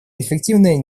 эффективное